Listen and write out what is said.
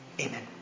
Amen